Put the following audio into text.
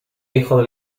hijo